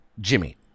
Jimmy